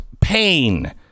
pain